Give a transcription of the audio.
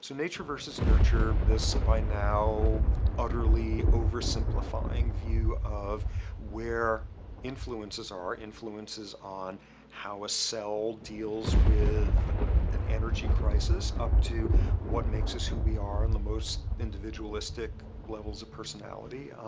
nature versus nurture this, by now utterly over-simplifying view of where influences are influences on how a cell deals with an energy crisis up to what makes us who we are on the most individualistic levels of personality.